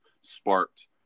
sparked